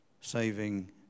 saving